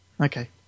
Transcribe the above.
Okay